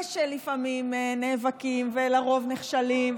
ושלפעמים נאבקים ולרוב נכשלים,